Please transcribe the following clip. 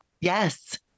Yes